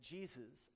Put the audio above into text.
Jesus